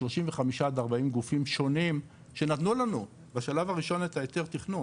34 עד 40 גופים שונים שנתנו לנו בשלב הראשון את ההיתר תכנון,